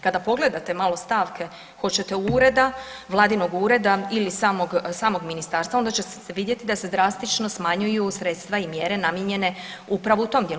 Kada pogledate malo stavke hoćete ureda, Vladinog ureda ili samog Ministarstva onda ćete vidjeti da se drastično smanjuju sredstva i mjere namijenjene upravo u tom dijelu.